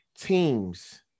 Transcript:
teams